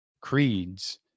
creeds